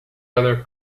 other